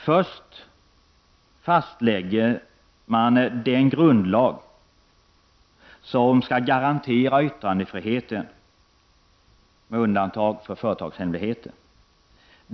Först fastlägger man den grundlag som skall garantera yttrandefriheten, med undantag för företagshemligheter.